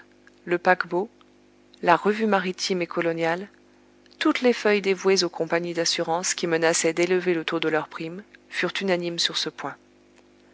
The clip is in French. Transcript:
le paquebot la revue maritime et coloniale toutes les feuilles dévouées aux compagnies d'assurances qui menaçaient d'élever le taux de leurs primes furent unanimes sur ce point